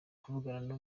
kuvugana